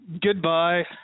Goodbye